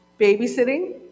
Babysitting